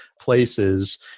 places